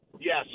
Yes